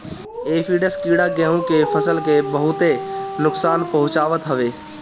aphids कीड़ा गेंहू के फसल के बहुते नुकसान पहुंचावत हवे